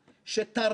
כוכי שבתאי,